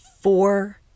four